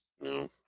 no